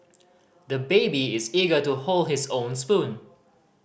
the baby is eager to hold his own spoon